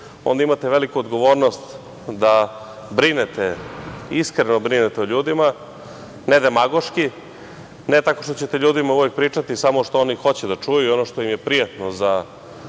onda imate veliku odgovornost da iskreno brinete o ljudima, ne demagoški, ne tako što ćete ljudima uvek pričati samo što oni hoće da čuju i ono što im je prijatno za